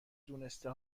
دونسته